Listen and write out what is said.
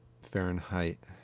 Fahrenheit